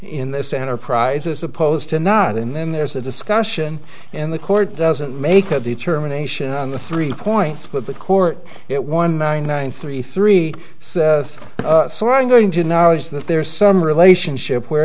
in this enterprise is supposed to nod and then there's a discussion in the court doesn't make a determination on the three points with the court it one nine one three three so i'm going to knowledge that there's some relationship where